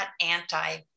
anti